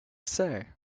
say